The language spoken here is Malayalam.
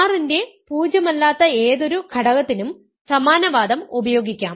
R ൻറെ പൂജ്യമല്ലാത്ത ഏതൊരു ഘടകത്തിനും സമാന വാദം ഉപയോഗിക്കാം